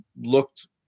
looked